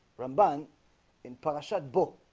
run bang in polish ad bull